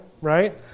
right